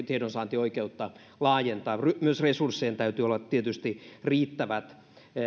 tiedonsaantioikeutta laajentaa ja myös resurssien täytyy olla tietysti riittävät